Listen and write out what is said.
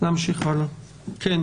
זאת